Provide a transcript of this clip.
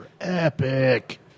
epic